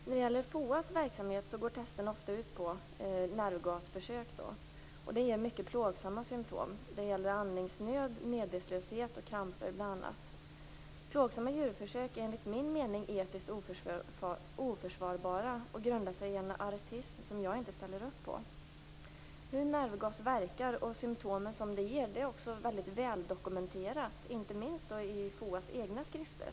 När det gäller FOA:s verksamhet vill jag peka på att testen ofta går ut på nervgasförsök som ger mycket plågsamma symtom - andnöd, medvetslöshet, kramper m.m. Plågsamma djurförsök är enligt min mening etiskt oförsvarbara och grundas på en artism som jag inte ställer upp på. Hur en nervgas verkar och vilka symtomen blir är också väldigt väl dokumenterat, inte minst i FOA:s egna skrifter.